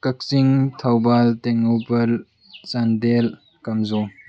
ꯀꯛꯆꯤꯡ ꯊꯧꯕꯥꯜ ꯇꯦꯛꯅꯧꯄꯜ ꯆꯥꯟꯗꯦꯜ ꯀꯥꯝꯖꯣꯡ